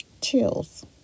chills